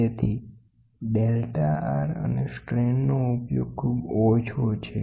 તેથી delta R અને સ્ટ્રેનનો ઉપયોગ ખૂબ ઓછો છે